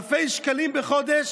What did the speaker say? באלפי שקלים בחודש,